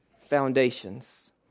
foundations